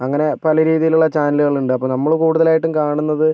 അങ്ങനെ പലരീതിയിലുള്ള ചാനലുകൾ ഉണ്ട് അപ്പോൾ നമ്മൾ കൂടുതലായിട്ടും കാണുന്നത്